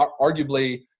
arguably –